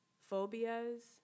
phobias